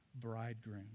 bridegroom